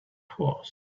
force